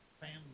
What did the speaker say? family